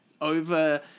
over